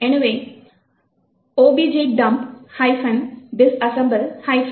எனவே objdump disassemble all hello hello